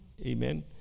Amen